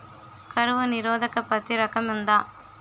కరువు నిరోధక పత్తి రకం ఉందా?